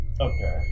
Okay